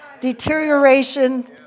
deterioration